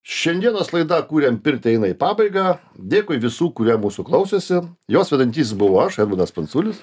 šiandienos laida kūriam pirtį eina į pabaigą dėkui visų kurie mūsų klausėsi jos vedantysis buvau aš edmundas pranculis